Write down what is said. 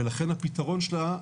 ולכן הפתרון שלה,